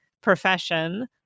profession